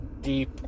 deep